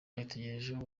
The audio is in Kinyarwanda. yatugejejeho